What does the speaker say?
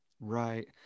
right